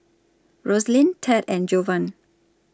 Rosalyn Tad and Jovan